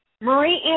Marie